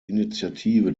initiative